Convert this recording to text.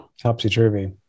topsy-turvy